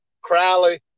Crowley